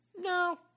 No